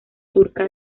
turca